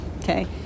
okay